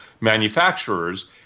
manufacturers